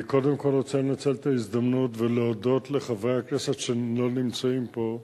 אני קודם כול רוצה לנצל את ההזדמנות ולהודות לחברי הכנסת שלא נמצאים פה,